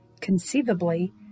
Conceivably